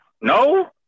No